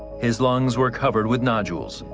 his lungs were covered with nodules,